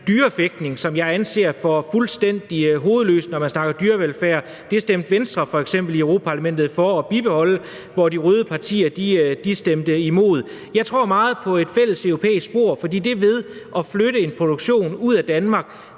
tyrefægtning, som jeg anser for fuldstændig hovedløst, når man snakker dyrevelfærd. Det stemte Venstre i Europa-Parlamentet f.eks. for at bibeholde, hvor de røde partier stemte imod. Jeg tror meget på et fælleseuropæisk spor, for det med at flytte en produktion ud af Danmark